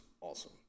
awesome